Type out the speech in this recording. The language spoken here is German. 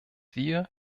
wir